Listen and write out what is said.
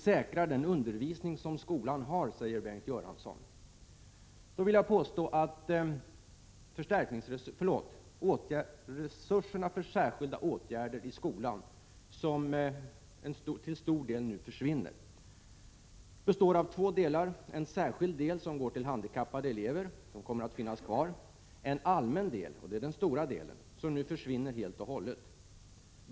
Vi säkrar den undervisning som skolan har, sade Bengt 21 januari 1987 Göransson. Resurserna för särskilda åtgärder i skolan, som ju till stor del a Om våldet i skolan och försvinner, består av två delar. Det finns en särskild del som går till jä böra ;;. ärar - handikappade elever, och den kommer att finnas kvar. Sedan finns det en ä NES ArSENSSIRUR lion allmän del, och det är den största delen. Den försvinner nu helt och hållet.